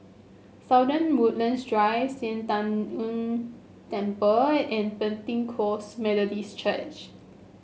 Woodlands Drive Sian Tng Ng Temple and Pentecost Methodist Church